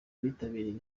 bitabiriye